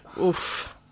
oof